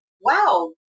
wow